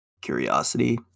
curiosity